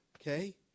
okay